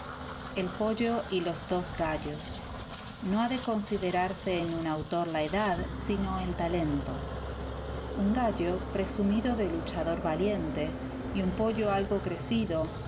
el pollo y los dos gallos no ha de considerarse en un autor la edad sino el talento un gallo presumido de luchador valiente y un pollo algo crecido